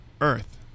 Earth